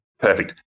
Perfect